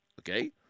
Okay